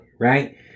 right